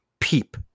peep